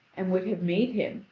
and would have made him,